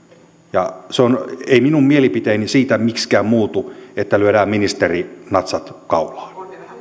eivät minun mielipiteeni miksikään muutu siitä että lyödään ministerinatsat kaulaan